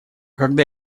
когда